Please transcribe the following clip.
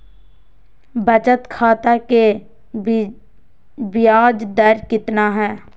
बचत खाता के बियाज दर कितना है?